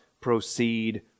proceed